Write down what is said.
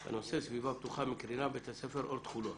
הנושא: סביבה בטוחה מקרינה בבית הספר אורט חולון.